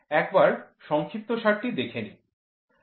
একবার সংক্ষিপ্তসারটি দেখেনিই